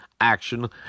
action